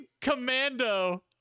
commando